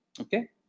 Okay